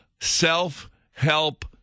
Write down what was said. self-help